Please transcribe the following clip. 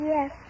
Yes